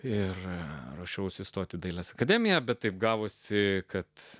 ir ruošiausi stoti į dailės akademiją bet taip gavosi kad